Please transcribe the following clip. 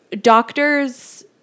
doctors